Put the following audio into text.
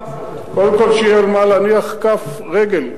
שיהיה על מה להניח כף רגל,